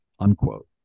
Unquote